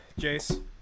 Jace